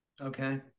Okay